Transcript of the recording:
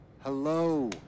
hello